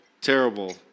terrible